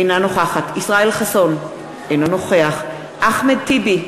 אינה נוכחת ישראל חסון, אינו נוכח אחמד טיבי,